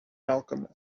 alchemist